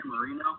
Marino